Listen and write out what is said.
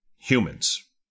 Humans